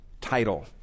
title